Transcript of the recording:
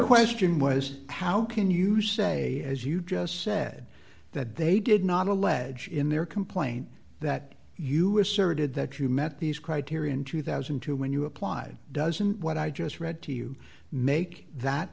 question was how can you say as you just said that they did not allege in their complaint that you asserted that you met these criteria in two thousand and two when you applied doesn't what i just read to you make that